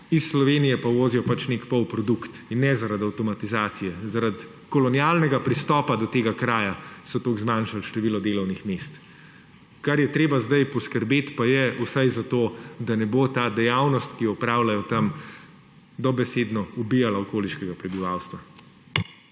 iz Slovenije pa uvozijo pač nek polprodukt. In ne zaradi avtomatizacije, zaradi kolonialnega pristopa do tega kraja so toliko zmanjšali število delovnih mest. Za kar je treba zdaj poskrbeti, pa je vsaj za to, da ne bo ta dejavnost, ki jo opravljajo tam, dobesedno ubijala okoliškega prebivalstva.